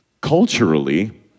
Culturally